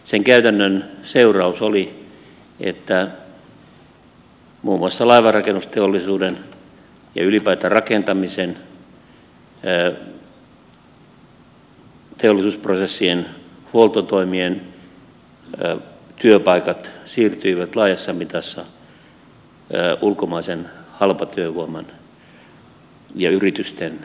sen käytännön seuraus oli että muun muassa laivanrakennusteollisuuden ja ylipäätään rakentamisen teollisuusprosessien huoltotoimien työpaikat siirtyivät laajassa mitassa ulkomaisen halpatyövoiman ja yritysten käsiin